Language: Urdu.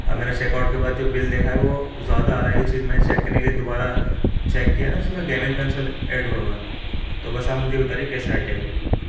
اب میں نے چیک آؤٹ کے بعد جو بل دیکھا ہے وہ زیادہ آ رہا ہے یہ چیز میں چیک کرنے کے لیے دوبارہ چیک کیا نا اس میں گیمنگ کنسول ایڈ ہویا ہوا ہے تو بس آپ مجھے بتا دیجیے کیسے ہٹے گا یہ